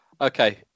okay